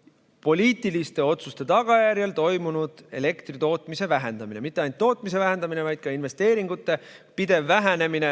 on poliitiliste otsuste tagajärjel toimunud elektritootmise vähendamine – mitte ainult tootmise vähendamine, vaid ka investeeringute pidev vähenemine.